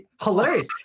hilarious